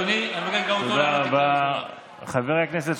אדוני, אני מבקש גם אותו לעלות בקריאה ראשונה.